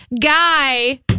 guy